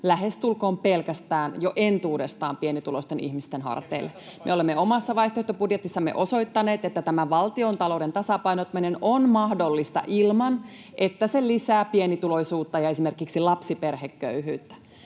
Mäkynen: Eikä mitään tasapainotusta edes tehdä!] Me olemme omassa vaihtoehtobudjetissamme osoittaneet, että valtiontalouden tasapainottaminen on mahdollista ilman, että se lisää pienituloisuutta ja esimerkiksi lapsiperheköyhyyttä.